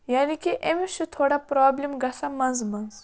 یعنی کہِ أمِس چھُ تھوڑا پرٛابلِم گژھان منٛزٕ منٛزٕ